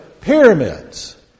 pyramids